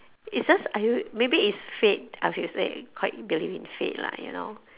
it's just I rea~ maybe it's fate I should say quite believe in fate lah you know